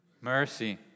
mercy